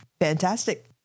Fantastic